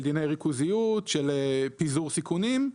של דיני ריכוזיות ושל פיזור סיכונים.